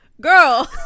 girl